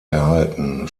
erhalten